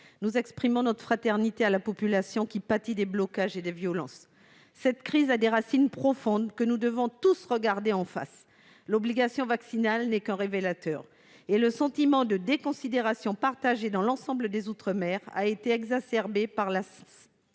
Nous exprimons notre fraternité à la population qui pâtit des blocages et des violences. Cette crise a des racines profondes que nous devons tous regarder en face. L'obligation vaccinale n'est qu'un révélateur et le sentiment de déconsidération partagé dans l'ensemble des outre-mer a été exacerbé par la